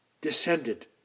descended